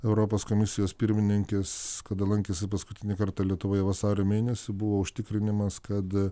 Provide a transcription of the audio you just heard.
europos komisijos pirmininkės kada lankėsi paskutinį kartą lietuvoje vasario mėnesį buvo užtikrinimas kad